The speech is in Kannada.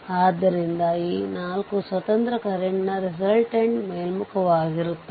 ಆದ್ದರಿಂದ VThevenin ನ್ನು ಸುಲಭವಾಗಿ ಕಂಡುಹಿಡಿಯಬಹುದು